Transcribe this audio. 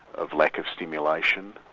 of lack of stimulation,